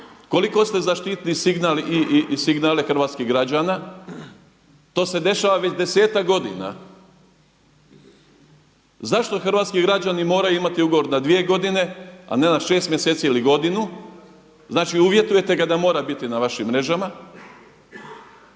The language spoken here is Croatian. Koliko ste zaštitili signal i signale hrvatskih građana? To se dešava već desetak godina. Zašto hrvatski građani moraju imati ugovor na dvije godine, a ne na šest mjeseci ili godinu. Znači uvjetujete ga da mora biti na vašim mrežama.